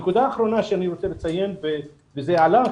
נקודה אחרונה שאני רוצה לציין והיא עלתה